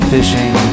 Fishing